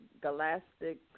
galactic